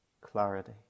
clarity